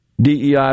DEI